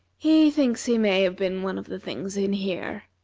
he thinks he may have been one of the things in here.